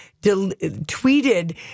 tweeted